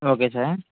okay sir